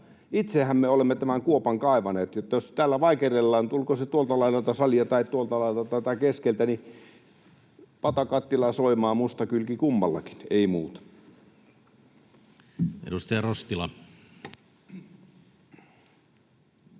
Itsehän me olemme tämän kuopan kaivaneet, että jos täällä vaikerrellaan, tulkoon se tuolta laidalta salia tai tuolta laidalta tai keskeltä, niin pata kattilaa soimaa, musta kylki kummallakin. — Ei muuta. [Speech 25]